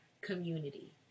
community